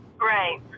Right